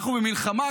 אנחנו במלחמה,